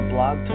Blog